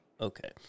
Okay